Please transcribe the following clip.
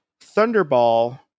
Thunderball